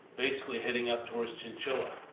basically, heading up towards chinchilla.